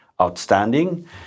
outstanding